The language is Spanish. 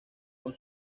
con